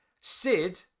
Sid